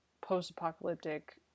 post-apocalyptic